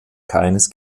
keines